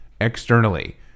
Externally